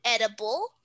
edible